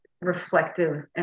reflective